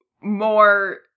more